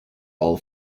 all